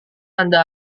anda